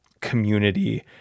community